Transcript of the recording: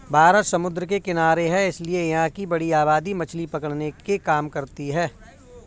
भारत समुद्र के किनारे है इसीलिए यहां की बड़ी आबादी मछली पकड़ने के काम करती है